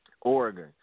Oregon